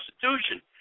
Constitution